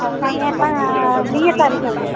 असां ईअं त आहे वीह तारीख़ में